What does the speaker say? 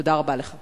תודה רבה לך.